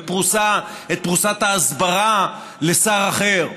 ואת פרוסת ההסברה לשר אחר,